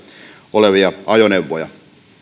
olevia ajoneuvoja